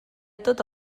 tot